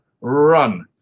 run